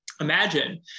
Imagine